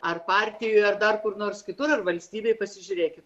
ar partijų ar dar kur nors kitur ar valstybėj pasižiūrėkit